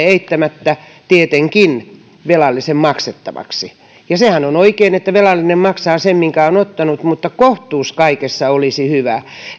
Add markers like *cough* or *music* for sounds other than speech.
*unintelligible* eittämättä tietenkin velallisen maksettavaksi sehän on oikein että velallinen maksaa sen minkä on ottanut mutta kohtuus kaikessa olisi hyvä